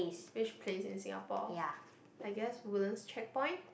which place in Singapore I guess Woodlands check point